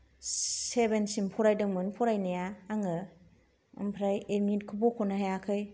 सेभेनसिम फरायदोंमोन फरायनाया आङो ओमफ्राय एडमिटखौ बख'नो हायाखै